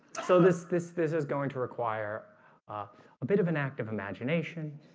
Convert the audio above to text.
so this this this is going to require a bit of an active imagination